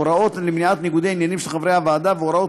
הוראות למניעת ניגודי עניינים של חברי הוועדה והוראות